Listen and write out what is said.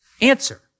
answer